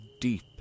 deep